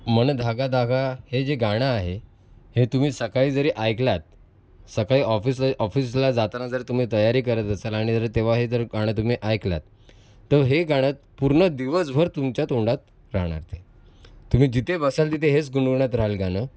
मन धागा धागा हे जे गाणं आहे हे तुम्ही सकाळी जरी ऐकलंत सकाळी ऑफिसमध्ये ऑफिसला जाताना जर तुम्ही तयारी करत असाल आणि जर तेव्हा हे जर गाणं तुम्ही ऐकलंत तर हे गाणं पूर्ण दिवसभर तुमच्या तोंडात राहणार ते तुम्ही जिथे बसाल तिथे हेच गुणगुणत राहाल गाणं